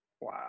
Wow